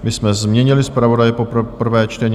My jsme změnili zpravodaje pro prvé čtení.